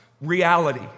reality